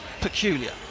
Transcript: peculiar